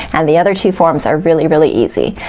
and the other two forms are really, really easy.